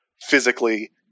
physically